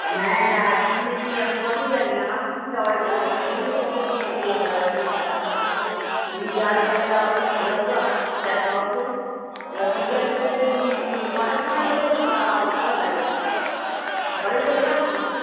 হ্যাঁ আমি শুনেছি আমি সবই জানি আমার খুব যাওয়ার ইচ্ছে আমি ওই জন্যই তোমাকে ফোন করলাম দাদা যে আপনি কি যদি যান তাাললে খুব ভালো হতো আপনার সাথে দেখা হতো তো ঠিক আছে তাহলে কটার সময় গেলে ভালো হয় ওখানে সকালেই চলে যাবো নাকি